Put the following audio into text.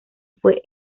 fue